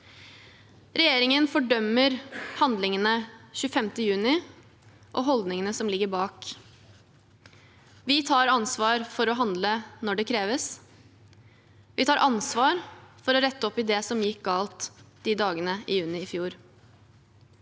Regjeringen fordømmer handlingene 25. juni og holdningene som ligger bak. Vi tar ansvar for å handle når det kreves. Vi tar ansvar for å rette opp i det som gikk galt de dagene i juni i fjor.